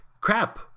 crap